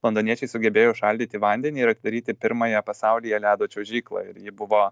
londoniečiai sugebėjo užšaldyti vandenį ir atidaryti pirmąją pasaulyje ledo čiuožyklą ir ji buvo